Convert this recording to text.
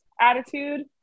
attitude